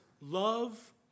Love